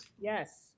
Yes